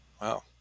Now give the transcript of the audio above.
Wow